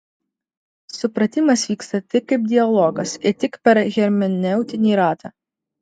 supratimas vyksta tik kaip dialogas ir tik per hermeneutinį ratą